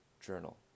Journal